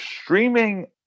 streaming